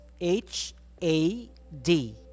H-A-D